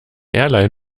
airline